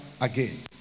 again